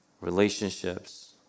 relationships